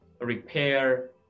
repair